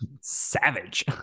Savage